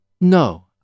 No